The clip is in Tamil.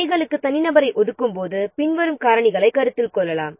பணிகளுக்கு தனிநபரை ஒதுக்கும்போது பின்வரும் காரணிகளைக் கருத்தில் கொள்ளலாம்